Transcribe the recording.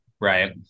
right